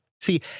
See